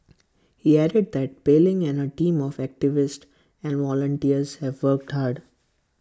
he added that Pei Ling and her team of activists and volunteers have worked hard